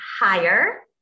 higher